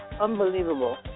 unbelievable